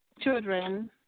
children